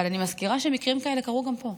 אבל אני מזכירה שמקרים כאלה קרו גם פה,